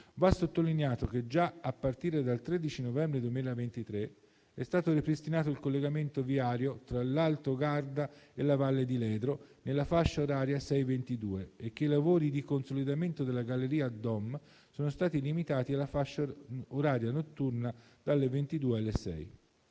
va sottolineato che già a partire dal 13 novembre 2023 è stato ripristinato il collegamento viario tra l'Alto Garda e la Val di Ledro nella fascia oraria 6-22 e che i lavori di consolidamento della galleria Dom sono stati limitati alla fascia oraria notturna dalle 22 alle 6.